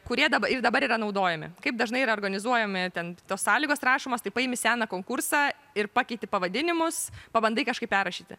kurie dab ir dabar yra naudojami kaip dažnai reorganizuojami ten tos sąlygos rašomos taip paimi seną konkursą ir pakeiti pavadinimus pabandai kažkaip perrašyti